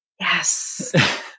Yes